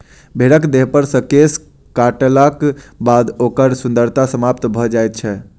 भेंड़क देहपर सॅ केश काटलाक बाद ओकर सुन्दरता समाप्त भ जाइत छै